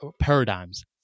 paradigms